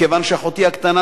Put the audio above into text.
כיוון שאחותי הקטנה,